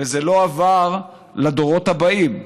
וזה לא עבר לדורות הבאים.